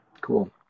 Cool